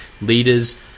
leaders